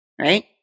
Right